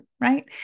right